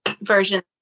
version